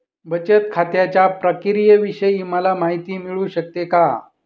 बचत खात्याच्या प्रक्रियेविषयी मला माहिती मिळू शकते का?